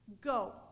go